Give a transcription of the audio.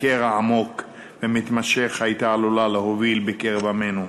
קרע עמוק ומתמשך הייתה עלולה להוביל בקרב עמנו.